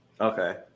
okay